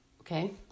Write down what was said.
okay